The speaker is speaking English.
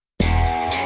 bad